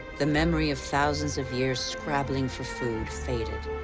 the memory of thousands of years scrabbling for food faded.